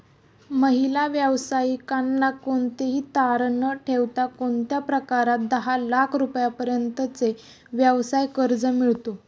महिला व्यावसायिकांना कोणतेही तारण न ठेवता कोणत्या प्रकारात दहा लाख रुपयांपर्यंतचे व्यवसाय कर्ज मिळतो?